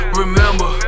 remember